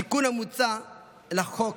התיקון המוצע לחוק